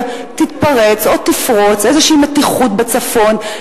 תתפרץ או תפרוץ איזו מתיחות בצפון,